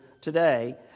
today